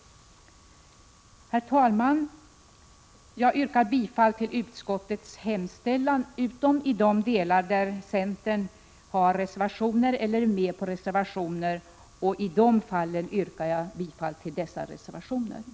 Herr talman! Jag yrkar bifall till utskottets hemställan utom i de delar där centern har reservationer eller är med på reservationer. I dessa fall yrkar jag bifall till reservationerna.